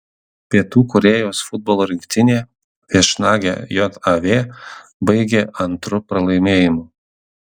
pietų korėjos futbolo rinktinė viešnagę jav baigė antru pralaimėjimu